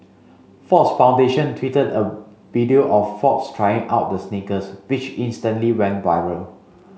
Fox Foundation tweeted a video of Fox trying out the sneakers which instantly went viral